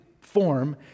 form